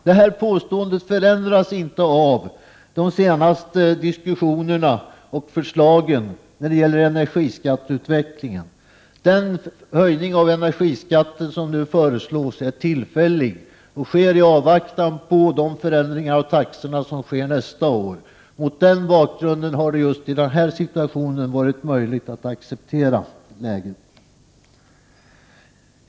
Det här påståendet förändras inte av de senaste diskussionerna och förslagen när det gäller energiskatteutvecklingen. Den höjning som nu föreslås är tillfällig och görs i avvaktan på de förändringar av taxorna som skall ske nästa år. Mot den bakgrunden har det just i denna situation varit möjligt att acceptera läget.